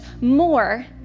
more